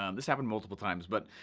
um this happened multiple times. but